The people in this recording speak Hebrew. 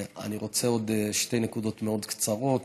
אני רוצה עוד שתי נקודות מאוד קצרות.